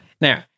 Now